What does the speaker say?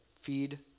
feed